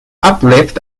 uplift